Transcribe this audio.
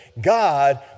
God